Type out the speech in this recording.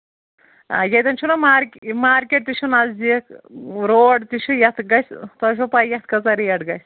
آ ییٚتٮ۪ن چھُنا مارک مارکیٹ تہِ چھُ نزدیٖک روڈ تہِ چھُ یَتھ گژھِ تۄہہِ چھُو پَے یَتھ کۭژاہ ریٹ گژھِ